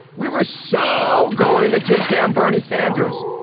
we were so going to take down bernie sanders.